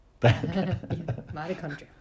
Mitochondria